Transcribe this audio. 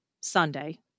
Sunday